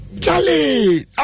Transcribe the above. Charlie